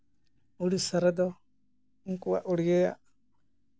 ᱳᱰᱤᱥᱟ ᱨᱮᱫᱚ ᱩᱱᱠᱩᱣᱟᱜ ᱳᱰᱤᱭᱟᱹᱣᱟᱜ